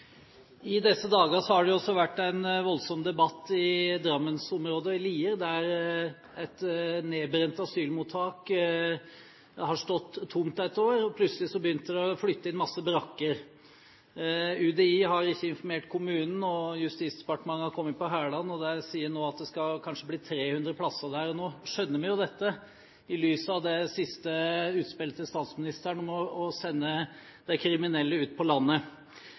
I disse dager har det også vært en voldsom debatt i Drammen-området. I Lier, der et utbrent asylmottak har stått tomt et år, har man plutselig begynt å flytte inn masse brakker. UDI har ikke informert kommunen, og Justisdepartementet har kommet på hælene. De sier nå at det kanskje skal bli 300 plasser der. Nå skjønner vi jo dette i lys av det siste utspillet til statsministeren om å sende de kriminelle ut på landet.